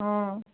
অঁ